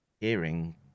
hearing